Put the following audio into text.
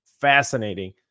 fascinating